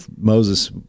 Moses